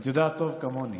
את יודעת טוב כמוני